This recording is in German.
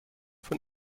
von